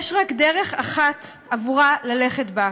יש רק דרך אחת עבורה ללכת בה,